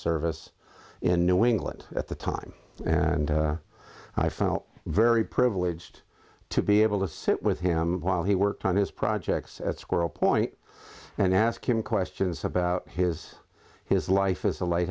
service in new england at the time and i felt very privileged to be able to sit with him while he worked on his projects at squirrel point and ask him questions about his his life as a light